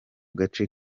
gace